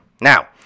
Now